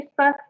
Facebook